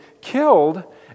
killed